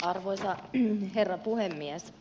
arvoisa herra puhemies